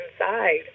inside